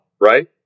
right